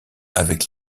avec